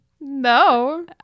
no